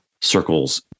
circles